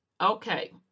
Okay